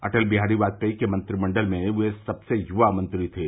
अटल बिहारी वाजपेयी के मंत्रिमंडल में वे सबसे युवा मंत्री थे